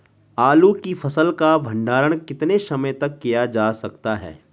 आलू की फसल का भंडारण कितने समय तक किया जा सकता है?